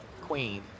queen